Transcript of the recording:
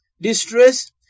distress